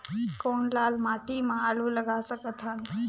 कौन लाल माटी म आलू लगा सकत हन?